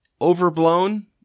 overblown